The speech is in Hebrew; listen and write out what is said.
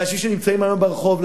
לאנשים שנמצאים היום ברחוב,